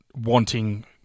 wanting